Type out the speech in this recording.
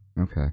Okay